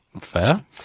Fair